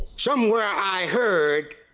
somewhere i heard